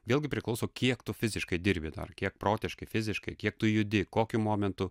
vėlgi priklauso kiek tu fiziškai dirbi dar kiek protiškai fiziškai kiek tu judi kokiu momentu